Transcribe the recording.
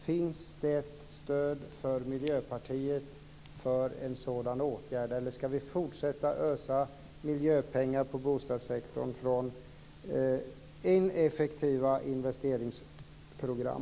Finns det stöd från Miljöpartiet för en sådan åtgärd, eller ska vi fortsätta ösa miljöpengar på bostadssektorn från ineffektiva investeringsprogram?